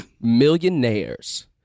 Millionaires